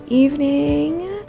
evening